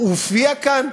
הוא הופיע כאן?